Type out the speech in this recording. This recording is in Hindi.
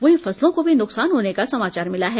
वहीं फसलों को भी नुकसान होने का समाचार मिला है